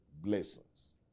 blessings